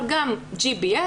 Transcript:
אבל גם GBL,